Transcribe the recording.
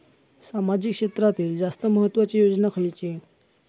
सामाजिक क्षेत्रांतील जास्त महत्त्वाची योजना खयची?